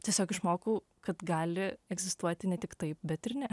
tiesiog išmokau kad gali egzistuoti ne tik taip bet ir ne